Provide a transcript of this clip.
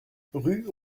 rue